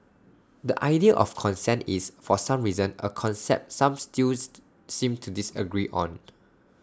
the idea of consent is for some reason A concept some still seem to disagree on